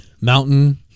mountain